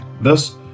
Thus